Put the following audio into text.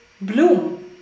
bloom